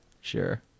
sure